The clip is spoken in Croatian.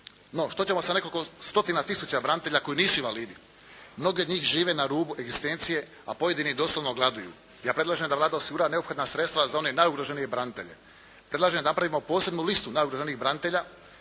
No, što ćemo sa nekoliko stotina tisuća branitelja koji nisu invalidi. Mnogi od njih žive na rubu egzistencije, a pojedini doslovno gladuju. Ja predlažem da Vlada osigura neophodna sredstva za one najugroženije branitelje. Predlažem da napravimo posebnu listu najugroženijih branitelja,